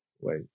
wait